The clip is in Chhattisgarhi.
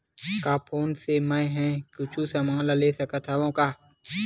का फोन से मै हे कुछु समान ले सकत हाव का?